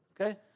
Okay